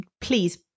please